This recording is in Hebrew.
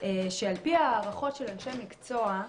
שעל פי ההערכות של אנשי מקצוע,